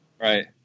Right